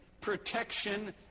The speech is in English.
protection